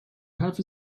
have